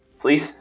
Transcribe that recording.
please